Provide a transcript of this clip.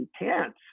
intense